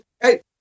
hey